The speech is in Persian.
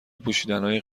پوشیدنای